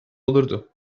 olurdu